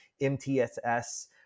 MTSS